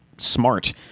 smart